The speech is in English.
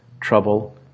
trouble